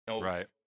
Right